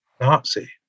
Nazi